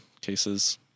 cases